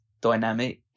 dynamic